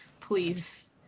please